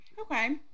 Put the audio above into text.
Okay